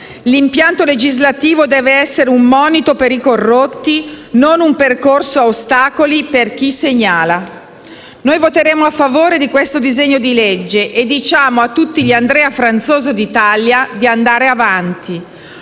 L'impianto legislativo deve essere un monito per i corrotti, non un percorso a ostacoli per chi segnala. Noi voteremo a favore di questo disegno di legge e diciamo a tutti gli Andrea Franzoso d'Italia di andare avanti! Lo